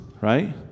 right